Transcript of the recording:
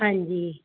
ਹਾਂਜੀ